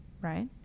right